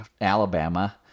Alabama